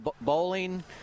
bowling –